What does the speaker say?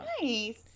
nice